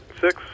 six